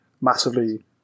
massively